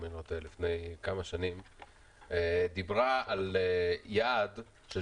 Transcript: אם אני לא טועה לפני כמה שנים דיברה על יעד של